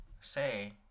say